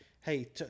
hey